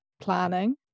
planning